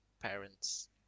parents